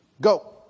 Go